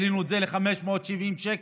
והעלינו את זה ל-570 שקלים,